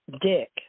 Dick